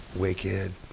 Wicked